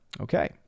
Okay